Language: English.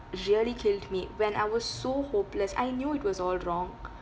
really killed me when I was so hopeless I knew it was all wrong